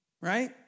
Right